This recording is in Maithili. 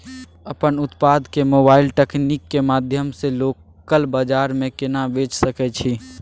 अपन उत्पाद के मोबाइल तकनीक के माध्यम से लोकल बाजार में केना बेच सकै छी?